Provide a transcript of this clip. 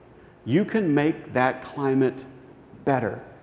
you can make that climate better.